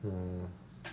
oh